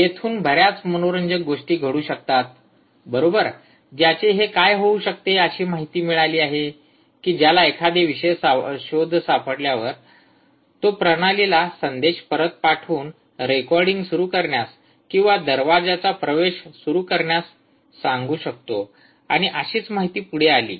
येथून बर्याच मनोरंजक गोष्टी घडू शकतात बरोबर ज्याचे हे काय होऊ शकते अशी माहिती मिळाली की ज्याला एखादे शोध सापडल्यावर तो प्रणालीला संदेश परत पाठवून रेकॉर्डिंग सुरू करण्यास किंवा दरवाजाचा प्रवेश सुरू करण्यास सांगू शकतो आणि अशीच माहिती पुढे आली